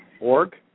org